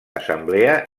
assemblea